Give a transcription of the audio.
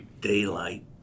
daylight